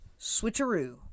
switcheroo